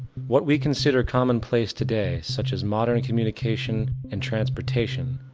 what we consider commonplace today such as modern communication and transportation,